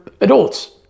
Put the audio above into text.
adults